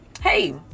hey